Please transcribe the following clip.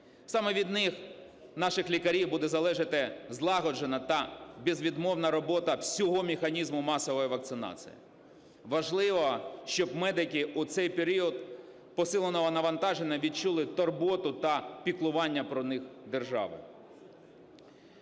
Саме від них, наших лікарів, буде залежати злагоджена та безвідмовна робота всього механізму масової вакцинації. Важливо, щоб медики у цей період посиленого навантаження відчули турботу та піклування про них держави.